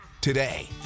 today